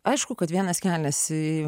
aišku kad vienas kelias į